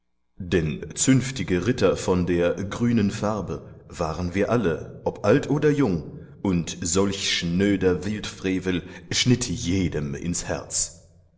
denn zünftige ritter von der grünen farbe waren wir alle ob alt oder jung und solch schnöder wildfrevel schnitt jedem ins herz